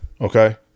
okay